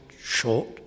short